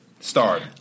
Start